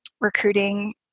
recruiting